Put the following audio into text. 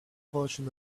portion